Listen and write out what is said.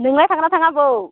नोंलाय थांगोनना थाङा आबौ